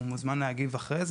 הוא מוזמן להגיב אחר כך